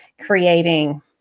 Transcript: creating